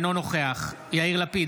אינו נוכח יאיר לפיד,